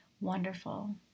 Wonderful